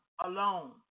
Alone